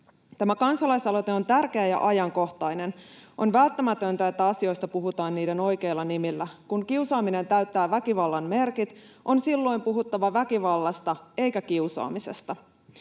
Tämä kansalaisaloite on tärkeä ja ajankohtainen. On välttämätöntä, että asioista puhutaan niiden oikeilla nimillä. Kun kiusaaminen täyttää väkivallan merkit, silloin on puhuttava väkivallasta eikä kiusaamisesta.